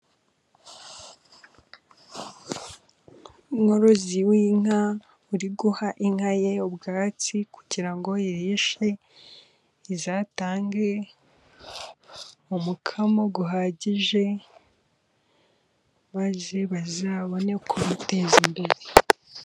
Umworozi w'inka uri guha inka ye ubwatsi kugira ngo irishe, izatange umukamo uhagije, maze bazabone kwiteza imbere.